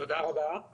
תודה רבה.